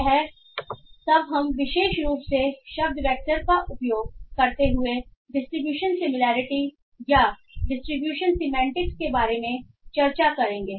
यह सब हम विशेष रूप से शब्द वैक्टर का उपयोग करते हुए डिस्ट्रीब्यूशन सिमिलरिटी या डिस्ट्रीब्यूशन सीमेंटिक्स के बारे में चर्चा करेंगे